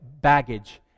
baggage